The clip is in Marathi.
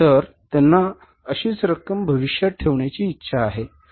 तर त्यांना अशीच रक्कम भविष्यात ठेवण्याची इच्छा आहे